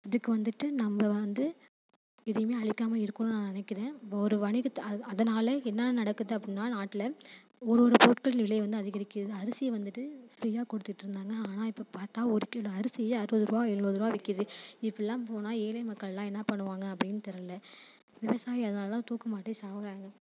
இதுக்கு வந்துட்டு நம்ம வந்து எதையுமே அழிக்காமல் இருக்கணும் நான் நினைக்கிறேன் ஒரு வணிகத்தை அதை அதனால் என்ன நடக்குது அப்படின்னா நாட்டில் ஒரு ஒரு பொருட்களின் விலை வந்து அதிகரிக்கிறது அரிசியை வந்துட்டு ஃப்ரீயாக கொடுத்துட்ருந்தாங்க ஆனால் இப்போ பார்த்தா ஒரு கிலோ அரிசி அறுபது ரூபா எழுவது ரூபா விற்கிது இப்போல்லாம் போனால் ஏழை மக்கள்லாம் என்ன பண்ணுவாங்க அப்படின்னு தெரில விவசாயி அதனால் தான் தூக்கு மாட்டி சாகிறாங்க